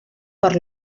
per